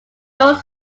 gold